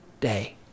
day